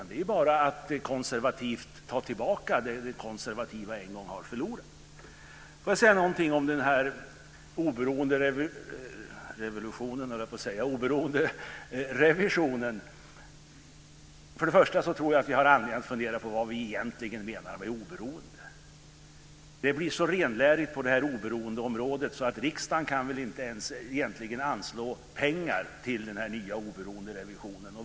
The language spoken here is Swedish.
Det är bara att konservativt ta tillbaka det som de konservativa en gång har förlorat. Jag vill säga något om den oberoende revisionen. Först och främst tror jag att vi har anledning att fundera på vad vi egentligen menar med oberoende. Det blir så renlärigt på oberoendeområdet att riksdagen egentligen inte ens kan anslå pengar till den nya oberoende revisionen.